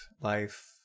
life